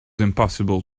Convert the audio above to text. impossible